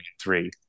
three